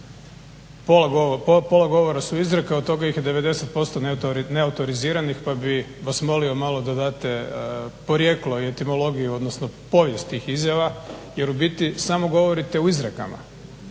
Pola govora su izreke, od toga ih je 90% neautoriziranih, pa bih vas molio malo da date porijeklo, etimologiju, odnosno povijest tih izjava jer u biti samo govorite u izrekama.